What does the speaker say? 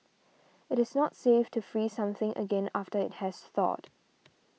it is not safe to freeze something again after it has thawed